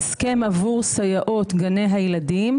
ההסכם עבור סייעות גני הילדים,